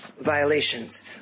violations